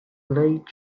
plaid